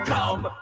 Come